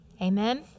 Amen